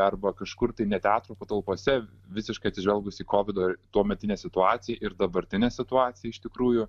arba kažkur tai ne teatro patalpose visiškai atsižvelgus į kovido tuometinę situaciją ir dabartinę situaciją iš tikrųjų